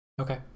Okay